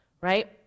right